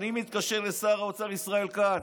אני מתקשר לשר האוצר ישראל כץ,